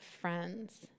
friends